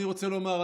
אני רוצה לומר,